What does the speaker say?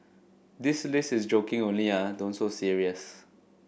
this list is joking only ah don't so serious